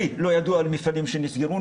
לי לא ידוע על מפעלים שנסגרו.